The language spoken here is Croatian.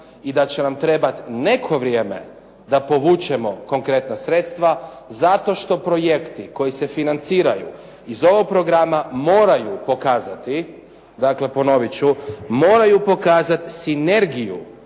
i da će nam trebati neko vrijeme da povučemo konkretna sredstva zato što projekti koji se financiraju iz ovog programa moraju pokazati, dakle ponovit ću moraju pokazati sinergiju